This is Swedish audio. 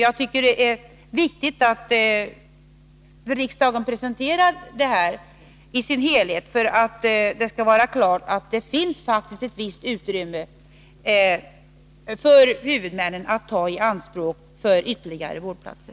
Jag tycker det är viktigt att presentera detta i sin helhet för riksdagen för att det skall stå klart att det faktiskt finns ett visst utrymme för ytterligare vårdplatser.